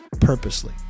purposely